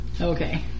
Okay